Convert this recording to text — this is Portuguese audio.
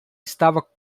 estava